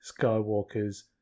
Skywalker's